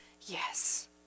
Yes